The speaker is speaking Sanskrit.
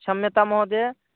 क्षम्यतां महोदया